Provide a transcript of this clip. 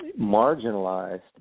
marginalized